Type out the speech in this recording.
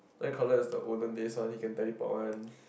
Nightcrawler is the olden days one he can teleport one